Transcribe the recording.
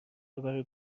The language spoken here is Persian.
دوباره